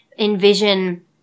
Envision